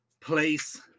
place